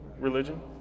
religion